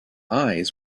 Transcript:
eyes